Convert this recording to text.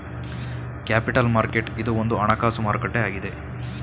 capital market ಇದು ಒಂದು ಹಣಕಾಸು ಮಾರುಕಟ್ಟೆ ಆಗಿದೆ